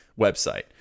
website